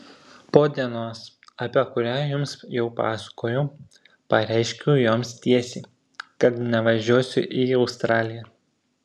po dienos apie kurią jums jau pasakojau pareiškiau joms tiesiai kad nevažiuosiu į australiją